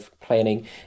planning